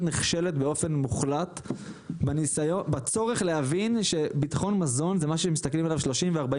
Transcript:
נכשלת באופן מוחלט בצורך להבין שביטחון מזון זה משהו שמסתכלים עליו 30 ו-40